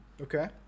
Okay